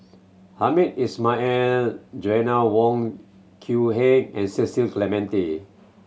Hamed Ismail and Joanna Wong Quee Heng and Cecil Clementi